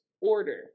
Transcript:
order